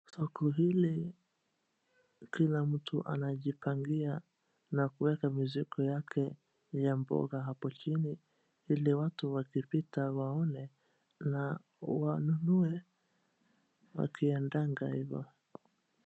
Soko hili, kila mtu anajipangia na kuweka mizigo yake ya mboga hapo chini, vile watu wakipita waone, na wanunue, wakiendanga hivo.